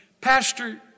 Pastor